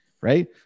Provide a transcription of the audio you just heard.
right